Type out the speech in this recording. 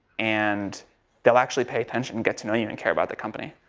and they'll actually pay attention, get to know you and care about the company.